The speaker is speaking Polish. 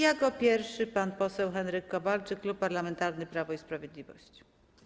Jako pierwszy pan poseł Henryk Kowalczyk, Klub Parlamentarny Prawo i Sprawiedliwość.